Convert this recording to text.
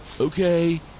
Okay